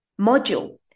module